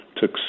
took